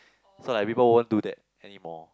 so like people won't do that anymore